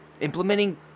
implementing